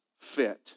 fit